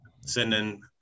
sending